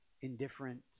indifferent